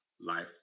life